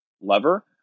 lever